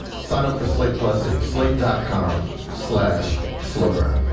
sign up for slate plus at slate dot com slash slowburn.